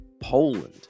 poland